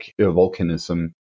volcanism